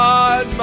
God